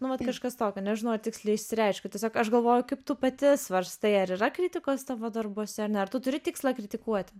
nu vat kažkas tokio nežinau ar tiksliai išsireiškiau tiesiog aš galvoju kaip tu pati svarstai ar yra kritikos tavo darbuose ar nėr turi tikslą kritikuoti